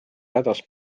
hädas